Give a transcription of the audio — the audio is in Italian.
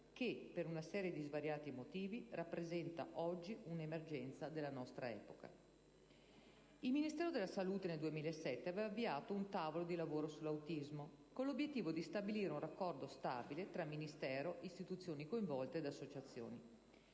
che, per una serie di svariati motivi, rappresenta oggi una emergenza della nostra epoca. Nel 2007, il Ministero della salute aveva avviato un Tavolo di lavoro sull'autismo, con l'obiettivo di stabilire un raccordo stabile tra Ministero, istituzioni coinvolte ed associazioni.